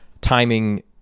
timing